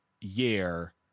year